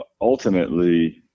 ultimately